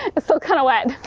it's still kind of wet.